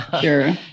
Sure